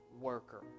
worker